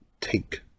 take